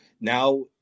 now